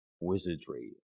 wizardry